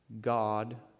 God